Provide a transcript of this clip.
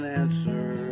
answer